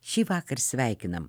šįvakar sveikinam